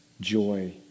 joy